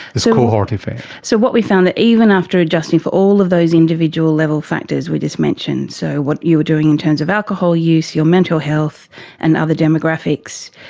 this cohort effect? so what we found, that even after adjusting for all of those individual level factors we just mentioned, so what you were doing in terms of alcohol use, your mental health and other demographics,